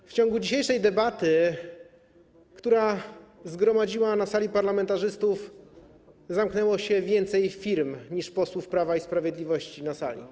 W trakcie dzisiejszej debaty, która zgromadziła tu parlamentarzystów, zamknęło się więcej firm niż jest posłów Prawa i Sprawiedliwości na sali.